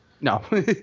No